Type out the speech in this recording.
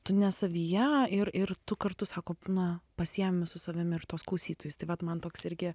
tu ne savyje ir ir tu kartu sako na pasiimi su savim ir tuos klausytojus tai vat man toks irgi